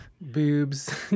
boobs